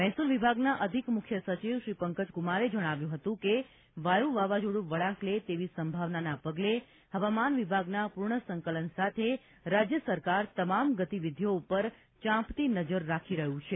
મહેસુલ વિભાગના અધિક મુખ્ય સચિવ શ્રી પંકજ કુમારે જણાવ્યું હતું કે વાયુ વાવાઝોડું વળાંક લે એવી સંભાવનાના પગલે હવામાન વિભાગના પૂર્ણ સંકલન સાથે રાજ્ય સરકાર તમામ ગતિવિધિઓ પર ચાંપતી નજર રાખી રહી છે